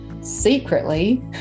secretly